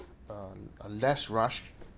uh uh less rushed